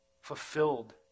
fulfilled